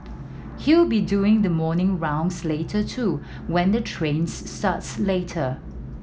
he'll be doing the morning rounds later too when the trains starts later